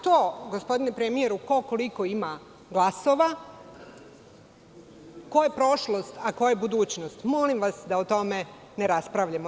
To, gospodine premijeru ko koliko ima glasova, ko je prošlost, a ko je budućnost, molim vas da o tome ne raspravljamo.